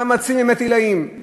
מאמצים באמת עילאיים,